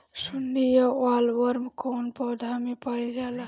सुंडी या बॉलवर्म कौन पौधा में पाइल जाला?